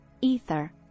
ether